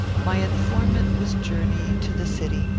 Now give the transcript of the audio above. my informant was journeying to the city,